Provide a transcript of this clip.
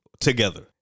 together